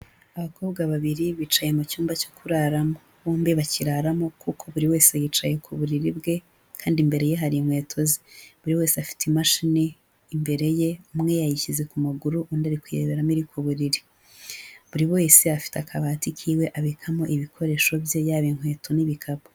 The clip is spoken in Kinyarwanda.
Abakobwa babiri bicaye mu cyumba cyo kuraramo, bombi bakiraramo kuko buri wese yicaye ku buriri bwe kandi imbere ye hari inkweto ze, buri wese afite imashini imbere ye umwe yayishyize ku maguru undi ari kuyireberamo iri ku buriri, buri wese afite akabati k'iwe abikamo ibikoresho bye yaba inkweto n'ibikapu.